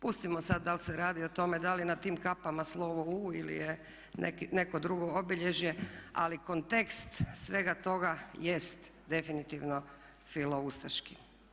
Pustimo sad dal se radi o tome da li je na tim kapama slovo u ili je neko drugo obilježje, ali kontekst svega toga jest definitivno filoustaški.